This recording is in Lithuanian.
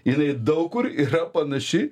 jinai daug kur yra panaši